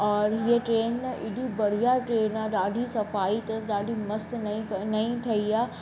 और हीअ ट्रेन एॾी बढ़िया ट्रेन आहे ॾाढी सफाई अथसि ॾाढी मस्तु नई नई ठही